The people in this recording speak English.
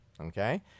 Okay